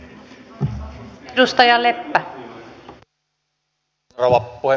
arvoisa rouva puhemies